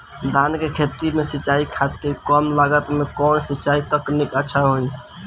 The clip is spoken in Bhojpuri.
धान के खेती में सिंचाई खातिर कम लागत में कउन सिंचाई तकनीक अच्छा होई?